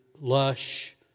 lush